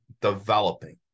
developing